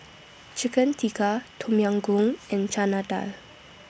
Chicken Tikka Tom Yam Goong and Chana Dal